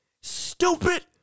Stupid